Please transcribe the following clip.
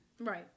Right